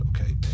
okay